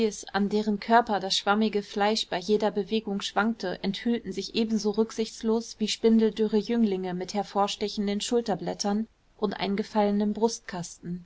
an deren körper das schwammige fleisch bei jeder bewegung schwankte enthüllten sich ebenso rücksichtslos wie spindeldürre jünglinge mit hervorstechenden schulterblättern und eingefallenem